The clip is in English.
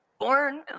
born